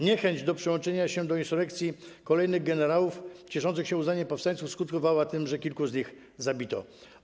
Niechęć do przyłączenia się do insurekcji kolejnych generałów cieszących się uznaniem powstańców skutkowała tym, że kilku z nich zabito.